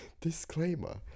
Disclaimer